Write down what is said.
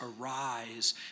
arise